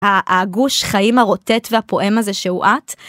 הגוש חיים הרוטט והפועם הזה שהוא את.